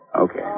Okay